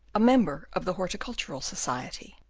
a member of the horticultural society